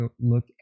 look